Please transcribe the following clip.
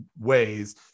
ways